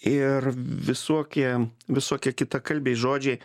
ir visokie visokie kitakalbiai žodžiai